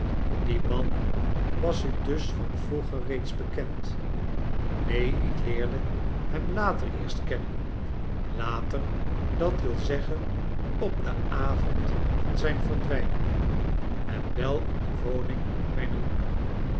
die man was u dus van vroeger reeds bekend neen ik leerde hem later eerst kennen later d w z op den avond van zijn verdwijnen en wel in de woning mijner moeder